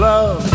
Love